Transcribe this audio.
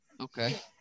okay